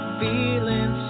feeling